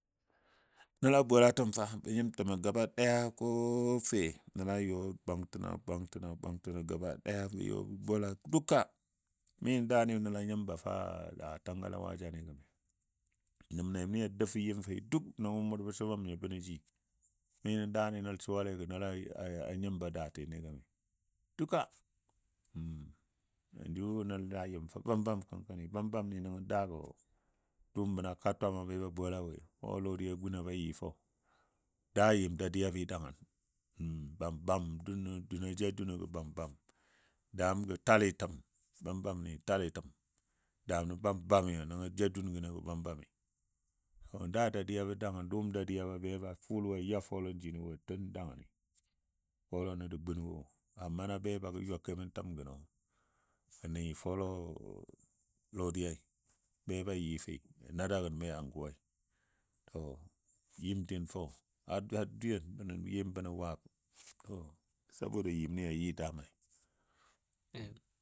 Nəla bɔlatəm fa bə nyim təmə gaba ɗaya ko fe nəla yɔ a bwangtin a bwangtin a bwantin gaba ɗaya bə yɔ bə bola duka mi daani nəl a nyimbɔ fou a tangale waja gəmi. Nəb nɛmni a dou bɔ yim fii duk nəngɔ bə mʊr bə subəm nyo bənɔ ji, mi nən daani nəl suwagɔ nəl ai nyimbɔ daatini gəmi. Duka jʊ nəl n nəl daa yɨm fa bambam kənkɔni bambam nəngɔ daagɔ dʊʊm bənɔ ka twamo ba bola woi, fɔlɔ lɔdiya gun a be yɨɨ fou. Daa yɨm dadiyab dagən, bambam dunɔ, dunɔ ja dunɔ gɔ bam bam dam gə tali təm, bambam ni tali təm. Dam nə bambam nyo nəngɔ ja dunɔgɔ bambam daa dadiyabɔ dangən dʊʊm dadiyabɔ a ya fɔlɔn jinɔ wo tun dangəni fɔlɔnɔ də gun, wo amma na be ba gɔ ywa kəmən təm gəmɔ. Nən fɔlɔ lɔdiya be ba yɨ fəi ja nadagən mai unguwai. To nyim din fou har dwiyen bɔ nyim bənɔ wab saboda yɨni yɨ damai.